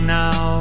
now